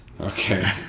Okay